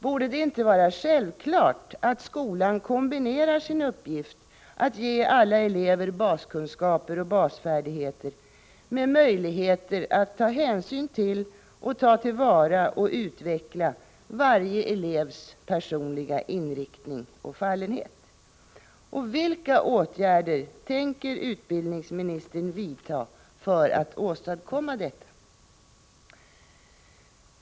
Borde det inte vara självklart att skolan kombinerar sin uppgift att ge alla elever baskunskaper och basfärdigheter med möjligheter att ta hänsyn till — och ta till vara och utveckla — varje elevs personliga inriktning och fallenhet? Vilka åtgärder tänker utbildningsministern vidta för att åstadkomma detta?